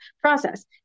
process